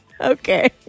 Okay